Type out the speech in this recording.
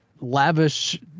lavish